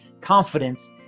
confidence